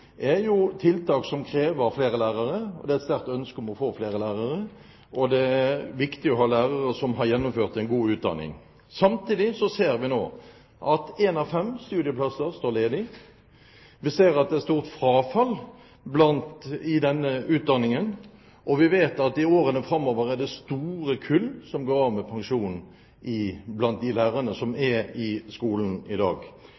er jo tiltak som krever flere lærere. Det er et sterkt ønske om å få flere lærere, og det er viktig å ha lærere som har gjennomført en god utdanning. Samtidig ser vi nå at én av fem studieplasser står ledig. Vi ser at det er et stort frafall i denne utdanningen, og vi vet at i årene framover er det store kull av de lærerne som er i skolen i dag, som